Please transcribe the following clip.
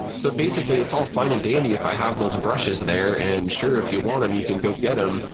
so basically, it's all fine and dandy if i have those brushes there, and sure, if you want em, you can go get em.